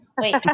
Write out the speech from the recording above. Wait